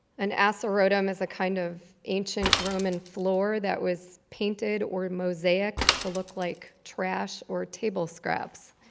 and asarotum is a kind of ancient roman floor that was painted or mosaicked to look like trash or table scraps.